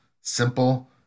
simple